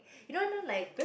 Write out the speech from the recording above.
you know know like